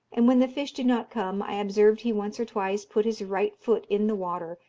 and when the fish did not come i observed he once or twice put his right foot in the water,